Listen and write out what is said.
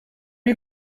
lui